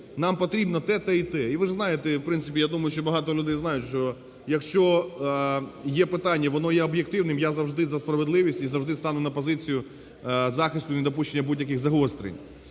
нам потрібно те, те і те. І, ви ж знаєте, в принципі, я думаю, що багато людей знають, що якщо є питання, воно є об'єктивним, я завжди за справедливість і завжди стану на позицію захисту і недопущення будь-яких загострень.